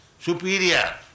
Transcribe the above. superior